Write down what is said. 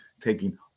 taking